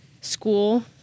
school